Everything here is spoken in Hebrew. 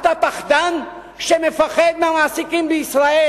אתה פחדן שמפחד מהמעסיקים בישראל,